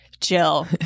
Jill